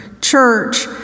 church